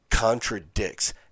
contradicts